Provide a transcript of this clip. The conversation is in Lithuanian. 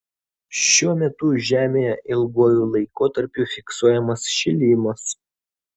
šiuo metu žemėje ilguoju laikotarpiu fiksuojamas šilimas